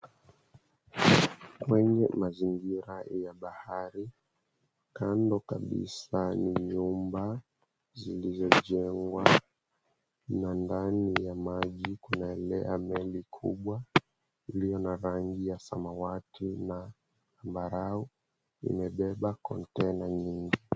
Kwenye mazingira ya bahari. Kando kabisa ni nyumba zilizojengwa na ndani ya maji kunaelea meli kubwa iliyo na rangi ya samawati na mbarau imebeba containa nyingi.